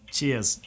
Cheers